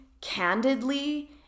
candidly